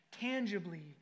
tangibly